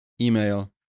email